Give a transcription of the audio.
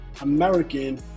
American